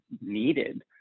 needed